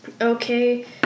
Okay